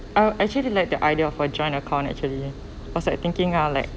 uh I actually like the idea of a joint account actually I was like thinking ah like